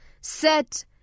set